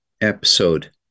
episode